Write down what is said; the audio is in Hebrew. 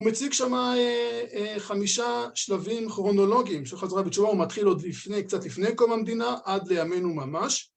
הוא מציג שם חמישה שלבים כרונולוגיים של חזרה בתשובה, הוא מתחיל עוד קצת לפני קום המדינה, עד לימינו ממש.